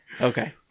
Okay